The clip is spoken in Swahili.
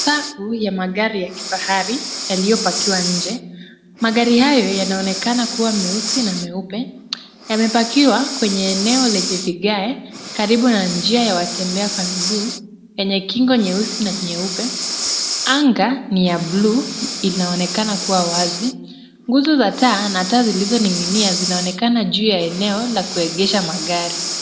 Safu ya magari ya kifahari yaliyopakiwa nje. Magari hayo yanaonekana kuwa meusi na meupe , yamepakiwa kwenye eneo lenye vigae karibu na njia ya wanaotembea kwa miguu yenye kingo nyeusi na nyeupe. Anga ni ya buluu inaonekana kuwa wazi . Nguzo za taa na taa zilizoning'nia zinaonekana juu ya eneo la kuegesha magari.